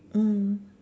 mm